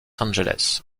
angeles